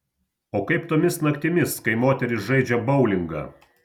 o kaip tomis naktimis kai moterys žaidžia boulingą